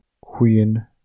Queen